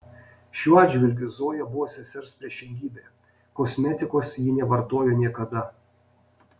šiuo atžvilgiu zoja buvo sesers priešingybė kosmetikos ji nevartojo niekada